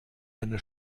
eine